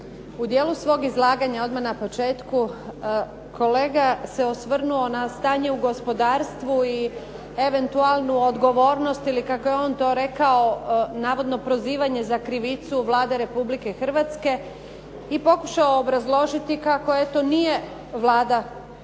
U dijelu svog izlaganja odmah na početku kolega se osvrnuo na stanje u gospodarstvu i eventualnu odgovornost ili kako je on to rekao navodno prozivanje za krivicu Vlade Republike Hrvatske i pokušao obrazložiti kako eto nije Vlada kriva